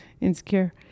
insecure